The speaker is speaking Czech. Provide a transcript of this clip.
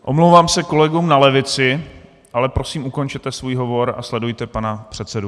Omlouvám se kolegům na levici, ale prosím, ukončete svůj hovor a sledujte pana předsedu.